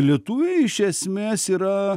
lietuviai iš esmės yra